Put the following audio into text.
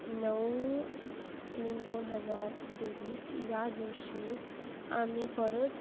नऊ तीन दोन हजार तेवीस यादिवशी आम्ही परत